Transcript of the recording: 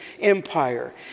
empire